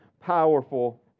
powerful